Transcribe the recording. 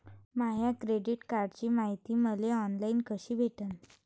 माया credit कार्डची मायती मले ऑनलाईन कसी भेटन?